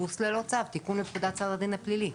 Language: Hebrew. תיקון לפקודת סדר הדין הפלילי.